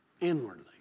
inwardly